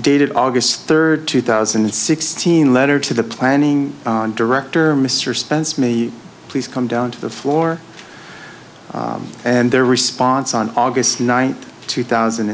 dated august third two thousand and sixteen letter to the planning director mr spence me please come down to the floor and their response on august ninth two thousand